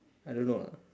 I don't know ah